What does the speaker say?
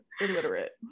illiterate